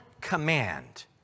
command